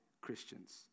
Christians